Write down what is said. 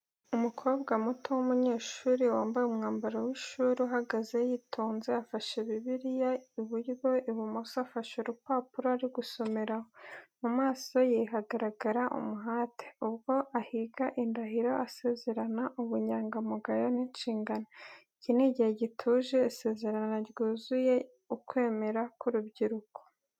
Umukobwa muto w’umunyeshuri, wambaye umwambaro w’ishuri uhagaze yitonze, afashe bibliya ibyryo, ibumoso afashe urupapuro ari gusomeraho. Mu maso ye hagaragara umuhate, ubwo ahiga indahiro, asezerana ubunyangamugayo n’inshingano. Iki ni igihe gituje, isezerano ryuzuye ukwemera kw’urubyiruko.